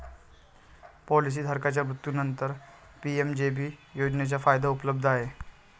policy धारकाच्या मृत्यूनंतरच PMJJB योजनेचा फायदा उपलब्ध आहे